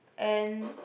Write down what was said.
and